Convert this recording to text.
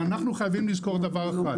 אבל אנחנו חייבים לזכור דבר אחד,